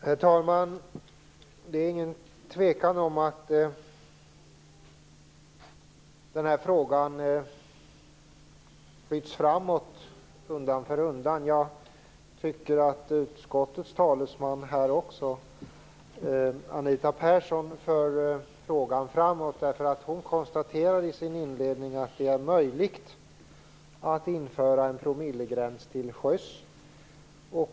Herr talman! Det är ingen tvekan om att denna fråga skjuts framåt undan för undan. Jag tycker att utskottets talesman Anita Persson här också för frågan framåt. Hon konstaterar nämligen i sin inledning att det är möjligt att införa en promillegräns till sjöss.